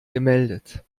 gemeldet